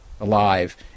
alive